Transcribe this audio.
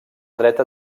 dreta